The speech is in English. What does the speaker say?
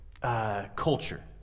culture